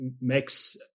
makes